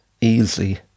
easy